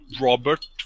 Robert